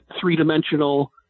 three-dimensional